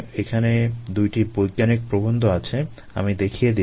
এখানে দুইটি বৈজ্ঞানিক প্রবন্ধ আছে আমি দেখিয়ে দিচ্ছি